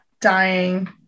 dying